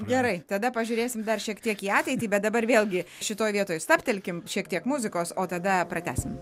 gerai tada pažiūrėsim dar šiek tiek į ateitį bet dabar vėlgi šitoj vietoj stabtelkim šiek tiek muzikos o tada pratęsim